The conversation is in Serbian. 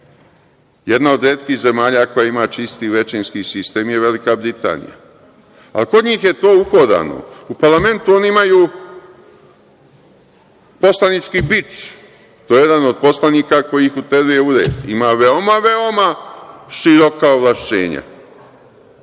Jedna od retkih zemalja koja ima čist većinski sistem je Velika Britanija. Kod njih je to uhodano. U parlamentu, oni imaju poslanički bič, to je jedan od poslanika koji ih uteruje u red. Ima veoma, veoma široka ovlašćenja.